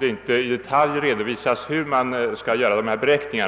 det inte i detalj redovisas hur man skall göra dessa beräkningar.